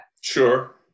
sure